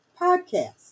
podcast